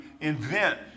invent